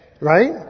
right